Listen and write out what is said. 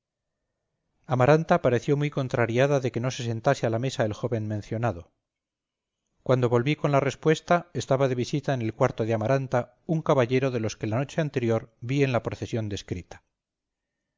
amaranta pareció muy contrariada de que no se sentase a la mesa el joven mencionado cuando volví con la respuesta estaba de visita en el cuarto de amaranta un caballero de los que la noche anterior vi en la procesión descrita